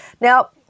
Now